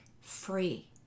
free